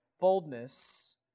boldness